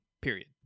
period